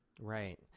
Right